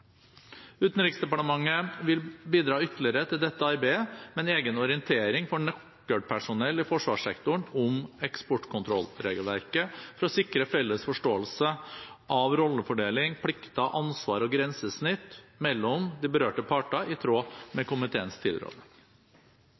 Utenriksdepartementet vil bidra ytterligere til dette arbeidet med en egen orientering for nøkkelpersonell i forsvarssektoren om eksportkontrollregelverket for å sikre felles forståelse av rollefordeling, plikter, ansvar og grensesnitt mellom de berørte parter i tråd med komiteens tilråding.